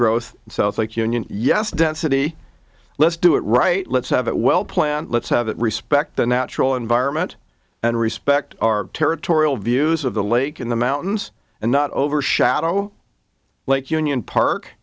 south like union yes density let's do it right let's have it well planned let's have it respect the natural environment and respect our territorial views of the lake in the mountains and not overshadow lake union park